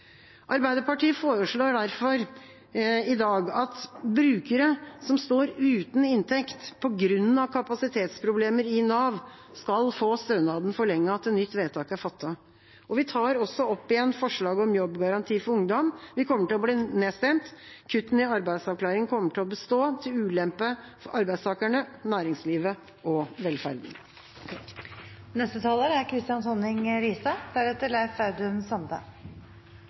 Arbeiderpartiet foreslår derfor i dag at brukere som står uten inntekt på grunn av kapasitetsproblemer i Nav, skal få stønaden forlenget til nytt vedtak er fattet. Vi tar også opp igjen forslaget om jobbgaranti for ungdom. Vi kommer til å bli nedstemt. Kuttene i arbeidsavklaring kommer til å bestå, til ulempe for arbeidstakerne, næringslivet og velferden. Kompetanse er